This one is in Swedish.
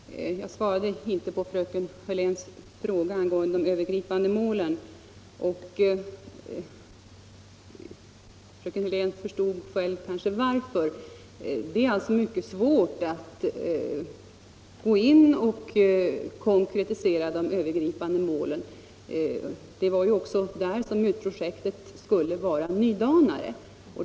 Herr talman! Jag svarade inte på frökens Hörléns fråga angående de övergripande målen, och fröken Hörlén förstod kanske själv varför. Det är mycket svårt att konkretisera de övergripande målen. Det var också där som MUT-projektet skulle vara nydanare.